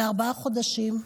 אחרי ארבעה חודשים,